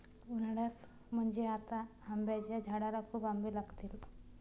उन्हाळ्यात म्हणजे आता आंब्याच्या झाडाला खूप आंबे लागतील